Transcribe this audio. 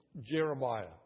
Jeremiah